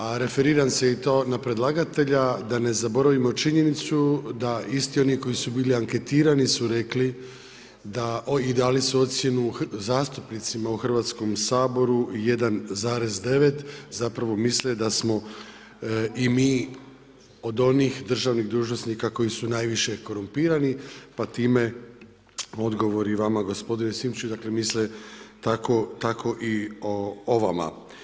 A referiram se i to na predlagatelja da ne zaboravimo činjenicu da isti oni koji su bili anketirani su rekli i dali su ocjenu zastupnicima u Hrvatskom saboru 1,9, zapravo misle da smo i mi od onih državnih dužnosnika koji su najviše korumpirani pa time odgovor i vama gospodine … dakle misle tako i o vama.